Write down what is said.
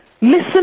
Listen